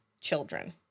children